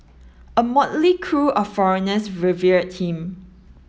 a motley crew of foreigners revered him